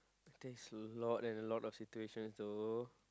takes lot and a lot of situation though